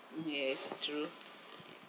mm yes true